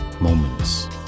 moments